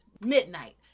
midnight